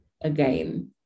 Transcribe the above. again